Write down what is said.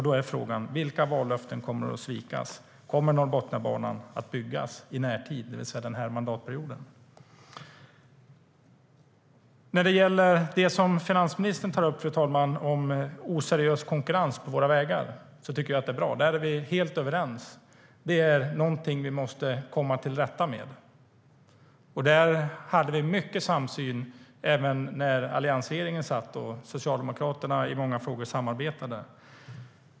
Då är frågan: Vilka vallöften kommer att svikas? Kommer Norrbotniabanan att byggas i närtid, det vill säga under den här mandatperioden? Det som finansministern tar upp om osund konkurrens på våra vägar tycker jag är bra. Där är vi helt överens. Det är något vi måste komma till rätta med. Där hade vi mycket samsyn även när alliansregeringen satt och Socialdemokraterna i många frågor samarbetade.